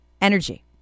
Energy